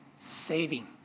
saving